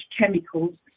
chemicals